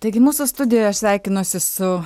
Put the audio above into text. taigi mūsų studijoje aš sveikinuosi su